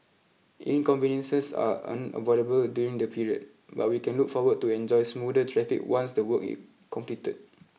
inconveniences are unavoidable during the period but we can look forward to enjoy smoother traffic once the work is completed